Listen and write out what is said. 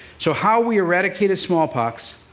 so, how we eradicated smallpox